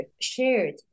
shared